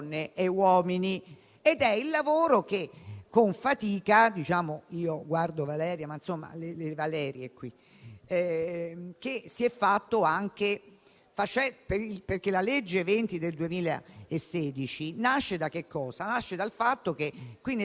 non essere applicato in una parte del nostro Paese? Come riusciamo a stabilire una unità giuridica che vale per il Lazio ma anche per la Sicilia?